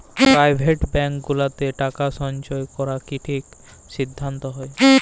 private bank গুলাতে টাকা সল্চয় ক্যরা কি ঠিক সিদ্ধাল্ত হ্যয়